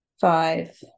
five